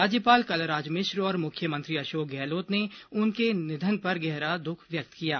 राज्यपाल कलराज मिश्र और मुख्यमंत्री अशोक गहलोत ने उनके निधन पर गहरा दुख व्यक्त किया है